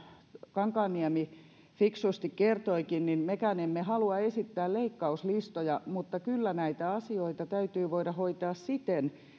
kankaanniemi fiksusti kertoikin mekään emme halua esittää leikkauslistoja mutta kyllä näitä asioita täytyy voida hoitaa siten